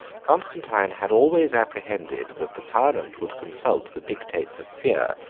constantine had always apprehended that the tyrant would consult the dictates of fear,